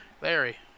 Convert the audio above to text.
Larry